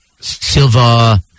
Silva